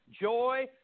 joy